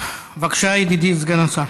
בבקשה, ידידי סגן השר.